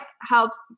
helps